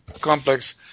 complex